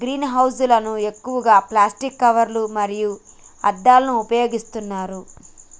green హౌస్ లు ఎక్కువగా ప్లాస్టిక్ కవర్లు మరియు అద్దాలను ఉపయోగిస్తున్నారు